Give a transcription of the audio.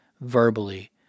verbally